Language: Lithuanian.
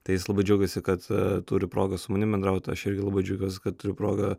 tai jis labai džiaugiasi kad turi progą su manim bendraut aš irgi labai džiaugiuosi kad turiu progą